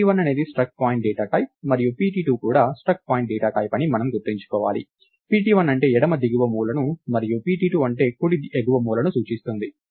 pt1 అనేది struct point data type మరియు pt2 కూడా struct పాయింట్ డేటా టైప్ అని మనం గుర్తుంచుకోవాలి pt1 అంటే ఎడమ దిగువ మూలను మరియు pt2 అంటే కుడి ఎగువ మూలను సూచిస్తుంది